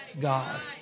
God